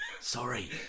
sorry